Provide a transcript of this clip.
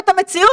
אין מה לעשות,